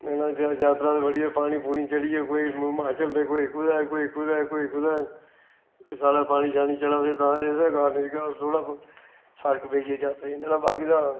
जात्तरा ते बड़ी ऐ पानी पूनी चढ़ी गेआ केई हिमाचल कोई कुतै कोई कुतै कोई कुतै सारा पानी शानी चढ़ेआ ते तां एह्दे कारण अस थोह्ड़ा फर्क पेई गेआ जात्तरा गी नेईं ते बाकी तां